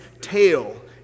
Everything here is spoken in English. tail